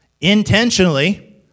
intentionally